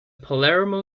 palermo